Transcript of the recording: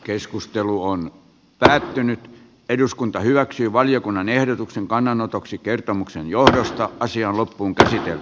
keskustelu on nyt tärväytynyt eduskunta hyväksyy valiokunnan ehdotuksen kannanotoksi kertomuksen johdosta asia on tulevaisuudessa